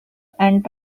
and